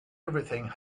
everything